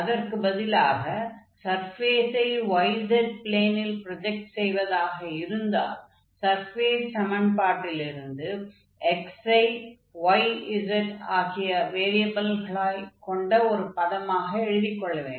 அதற்குப் பதிலாக சர்ஃபேஸை yz ப்ளேனில் ப்ரொஜக்ட் செய்வதாக இருந்தால் சர்ஃபேஸ் சமன்பாட்டிலிருந்து x ஐ yz ஆகிய வேரியபில்களை கொண்ட ஒரு பதமாக எழுதிக் கொள்ள வேண்டும்